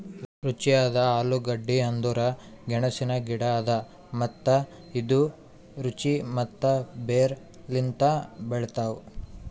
ರುಚಿಯಾದ ಆಲೂಗಡ್ಡಿ ಅಂದುರ್ ಗೆಣಸಿನ ಗಿಡ ಅದಾ ಮತ್ತ ಇದು ರುಚಿ ಮತ್ತ ಬೇರ್ ಲಿಂತ್ ಬೆಳಿತಾವ್